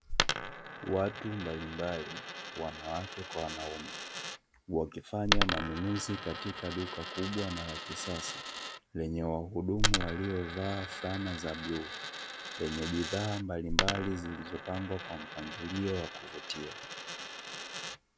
Watu mbaimbali wanawake kwa wanaume wakifanya manunuzi katika duka kubwa na la kisasa ,lenye wahudumu waliovaa fulana za bluu, lenye bidhaa mbalimbali zilizo pangwa kwa mpangilio wa kuvutia.